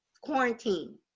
quarantine